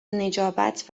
نجابت